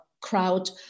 crowd